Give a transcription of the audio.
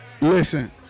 Listen